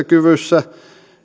kyvyssä